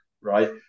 right